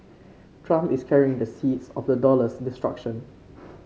trump is carrying the seeds of the dollar's destruction